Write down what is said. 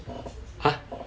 !huh!